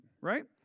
right